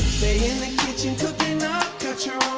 in the kitchen cooking up got your